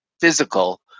physical